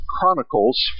Chronicles